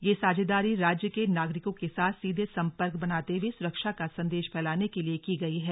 यह साझेदारी राज्य के नागरिकों के साथ सीधे संपर्क बनाते हुए सुरक्षा का संदेश फैलाने के लिये की गई है